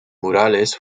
murales